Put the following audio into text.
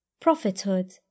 prophethood